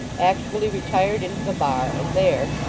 actually retired into the bar, and there,